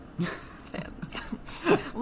fans